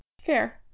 Fair